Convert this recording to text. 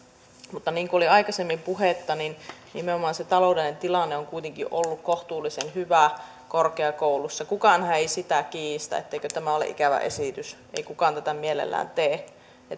mutta niin kuin oli aikaisemmin puhetta niin nimenomaan se taloudellinen tilanne on kuitenkin ollut kohtuullisen hyvä korkeakouluissa kukaanhan ei sitä kiistä etteikö tämä ole ikävä esitys ei kukaan tätä mielellään tee ja